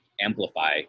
amplify